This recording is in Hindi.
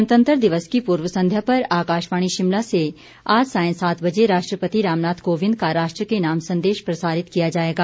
गणतंत्र दिवस की पूर्व संध्या पर आकाशवाणी शिमला से आज सांय सात बजे राष्ट्रपति रामनाथ कोविंद का राष्ट्र के नाम संदेश प्रसारित किया जाएगा